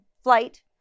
flight